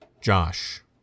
Josh